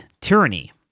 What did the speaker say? tyranny